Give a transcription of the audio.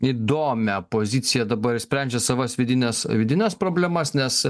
įdomią poziciją dabar sprendžia savas vidines vidines problemas nes